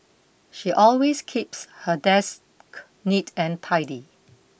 she always keeps her desk neat and tidy